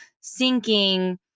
sinking